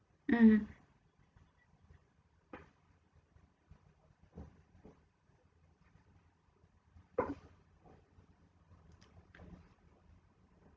mm